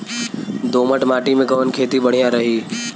दोमट माटी में कवन खेती बढ़िया रही?